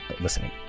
listening